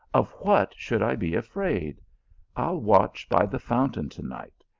of what should i be afraid? i ll watch by the fountain to-night,